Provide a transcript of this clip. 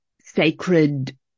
sacred